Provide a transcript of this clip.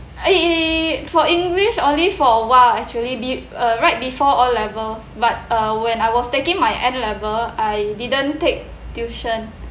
!ee! for english only for awhile actually be uh right before O level but uh when I was taking my N level I didn't take tuition